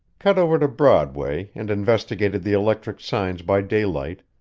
cut over to broadway and investigated the electric signs by daylight,